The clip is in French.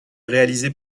réalisée